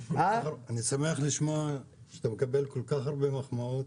אני שמח לשמוע שאתה מקבל כל כך הרבה מחמאות.